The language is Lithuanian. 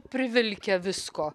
privilkę visko